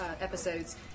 episodes